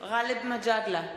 גאלב מג'אדלה,